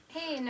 Hey